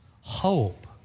hope